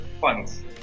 funds